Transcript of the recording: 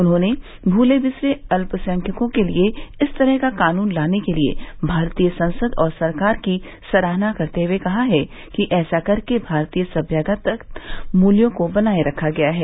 उन्होंने भूले बिसरे अल्पसंख्यकों के लिए इस तरह का कानून लाने के लिए भारतीय संसद और सरकार की सराहना करते हुए कहा है कि ऐसा करके भारतीय सम्यतागत मूल्यों को बनाए रखा गया है